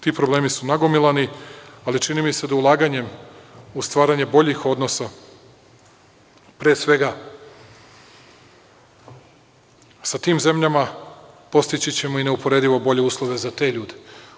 Ti problemi su nagomilani, ali čini mi se da ulaganjem u stvaranje boljih odnosa, pre svega, sa tim zemljama postići ćemo i neuporedivo bolje uslove za te ljude.